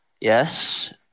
yes